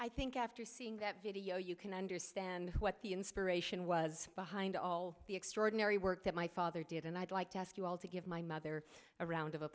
i think after seeing that video you can understand what the inspiration was behind all the extraordinary work that my father did and i'd like to ask you all to give my mother a round